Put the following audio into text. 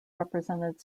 represented